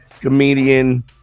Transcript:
comedian